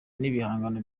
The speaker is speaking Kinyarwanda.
n’ibihangano